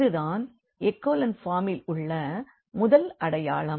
இதுதான் எக்கலன் ஃபார்மில் உள்ள முதல் அடையாளம்